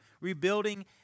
Rebuilding